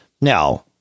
Now